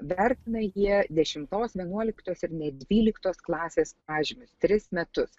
vertina jie dešimtos vienuoliktos ir net dvyliktos klasės pažymius tris metus